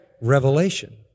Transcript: revelation